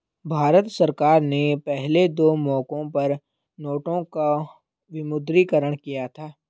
भारत सरकार ने पहले दो मौकों पर नोटों का विमुद्रीकरण किया था